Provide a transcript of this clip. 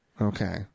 Okay